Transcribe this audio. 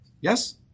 Yes